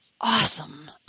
awesome